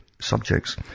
subjects